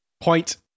Point